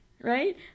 Right